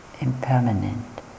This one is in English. impermanent